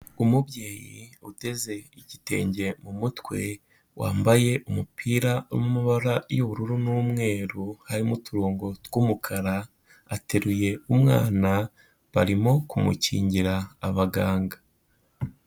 Umubyeyi uteze igitenge mu mutwe wambaye umupira urimo amabara y'ubururu n'umweru harimo uturongo tw'umukara, ateruye umwana barimo kumukingira abaganga.